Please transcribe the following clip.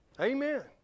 Amen